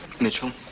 Mitchell